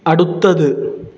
അടുത്തത്